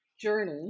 journey